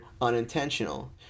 unintentional